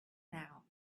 now